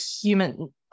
human